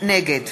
נגד